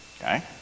Okay